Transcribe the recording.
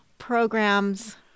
programs